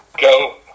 go